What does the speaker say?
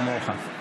כמוך.